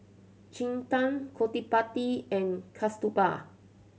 Chetan Gottipati and Kasturba